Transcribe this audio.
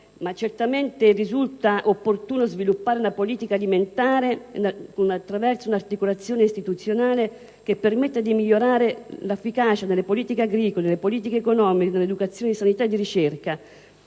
ma certamente risulta opportuno sviluppare una politica alimentare attraverso un'articolazione istituzionale che permetta di migliorare le politiche agricole, le politiche economiche, dell'educazione, di sanità, di ricerca;